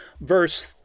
verse